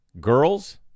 girls